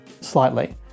slightly